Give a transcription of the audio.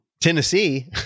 Tennessee